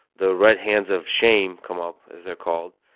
the red hands of shame come up as they're called.